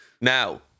Now